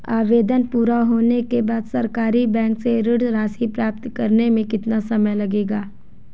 आवेदन पूरा होने के बाद सरकारी बैंक से ऋण राशि प्राप्त करने में कितना समय लगेगा?